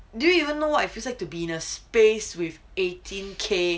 do you even know what if you like to be in a space with eighteen K